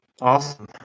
Awesome